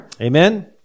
Amen